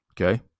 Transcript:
okay